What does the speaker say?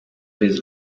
his